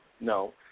No